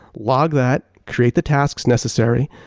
log that, create the tasks necessary.